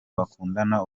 bakundana